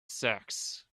sacks